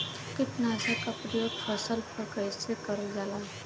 कीटनाशक क प्रयोग फसल पर कइसे करल जाला?